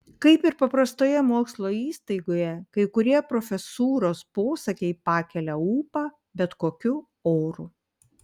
kaip ir paprastoje mokslo įstaigoje kai kurie profesūros posakiai pakelia ūpą bet kokiu oru